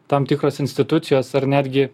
tam tikros institucijos ar netgi